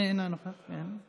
אינה נוכחת;